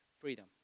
Freedom